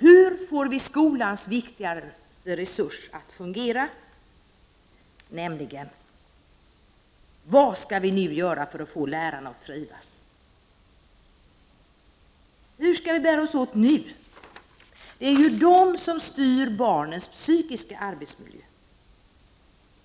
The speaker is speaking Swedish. Hur får vi skolans viktigaste resurs att fungera? Vad skall vi göra för att få lärarna att trivas? Hur skall vi bära oss åt nu? Det är lärarna som styr barnens psykiska arbetsmiljö.